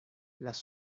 las